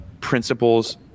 principles